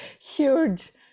huge